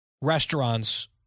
restaurants